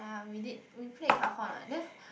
ya we did we played cajon what then